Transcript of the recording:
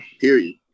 Period